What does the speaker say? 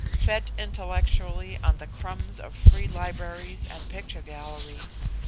fed intellectually on the crumbs of free libraries and picture galleries.